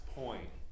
point